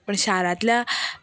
शारांतल्या